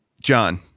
John